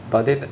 but then